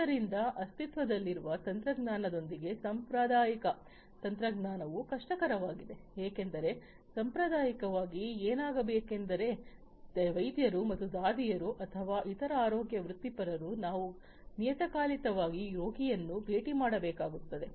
ಆದ್ದರಿಂದ ಅಸ್ತಿತ್ವದಲ್ಲಿರುವ ತಂತ್ರಜ್ಞಾನದೊಂದಿಗೆ ಸಾಂಪ್ರದಾಯಿಕ ತಂತ್ರಜ್ಞಾನವು ಕಷ್ಟಕರವಾಗಿದೆ ಏಕೆಂದರೆ ಸಾಂಪ್ರದಾಯಿಕವಾಗಿ ಏನಾಗಬೇಕೆಂದರೆ ವೈದ್ಯರು ಮತ್ತು ದಾದಿಯರು ಅಥವಾ ಇತರ ಆರೋಗ್ಯ ವೃತ್ತಿಪರರು ನಾವು ನಿಯತಕಾಲಿಕವಾಗಿ ರೋಗಿಯನ್ನು ಭೇಟಿ ಮಾಡಬೇಕಾಗುತ್ತದೆ